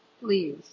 Please